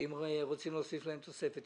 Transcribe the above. שאם רוצים להוסיף להם תוספת,